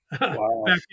Wow